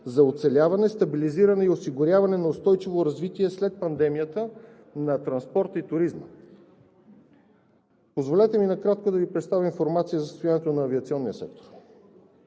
за оцеляване, стабилизиране и осигуряване на устойчиво развитие след пандемията на транспорта и туризма. Позволете ми накратко да Ви представя информация за състоянието на авиационния сектор.